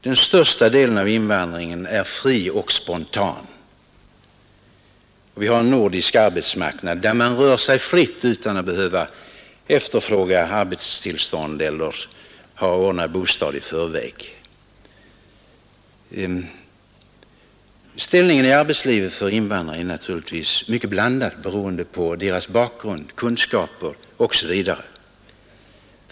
Den största delen av invandringen är fri och spontan. Vi har också en nordisk arbetsmarknad, där man rör sig fritt utan att behöva fråga efter arbetstillstånd eller ha bostad ordnad i förväg. Ställningen i arbetslivet för invandrare är naturligtvis mycket olika, beroende på invandrarnas bakgrund, kunskaper osv.